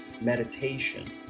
meditation